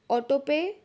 autopay